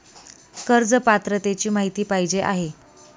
कर्ज पात्रतेची माहिती पाहिजे आहे?